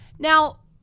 Now